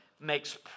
makes